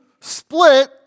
split